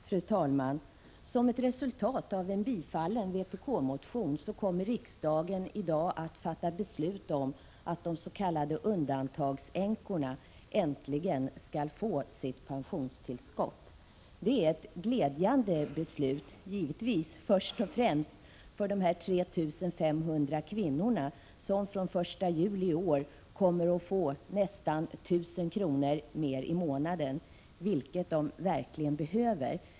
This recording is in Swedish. Fru talman! Som ett resultat av en tillstyrkt vpk-motion kommer riksdagen i dag att fatta beslut om att de s.k. undantagsänkorna äntligen skall få sitt pensionstillskott. Det är ett glädjande beslut, givetvis först och främst för de 3 500 kvinnor som från den 1 juli i år kommer att få nästan 1 000 kr. mer i månaden, vilket de verkligen behöver.